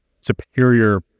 superior